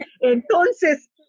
Entonces